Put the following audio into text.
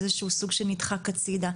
איזה שהוא סוג של נדחק הצידה.